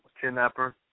kidnapper